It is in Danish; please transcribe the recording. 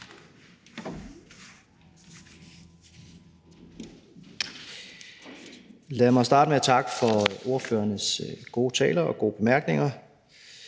Lad mig starte med at takke for ordførernes gode taler og gode bemærkninger.